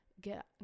get